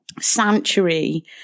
sanctuary